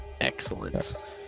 Excellent